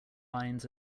lines